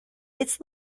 its